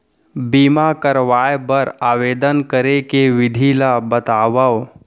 बीमा करवाय बर आवेदन करे के विधि ल बतावव?